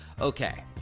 Okay